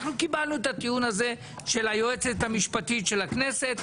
אנחנו קיבלנו את הטיעון הזה של היועצת המשפטית של הכנסת,